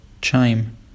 chime